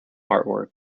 artwork